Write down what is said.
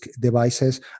devices